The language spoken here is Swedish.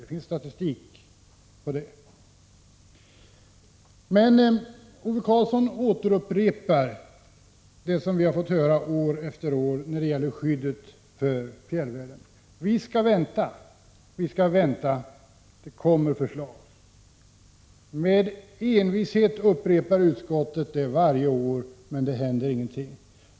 Det finns statistik på det. Ove Karlsson upprepar det som vi har fått höra år efter år när det gäller skyddet för fjällvärlden: Vi skall vänta. Det kommer förslag. Med envishet upprepar utskottet det varje år, men det händer ingenting.